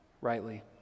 rightly